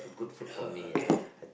oh okay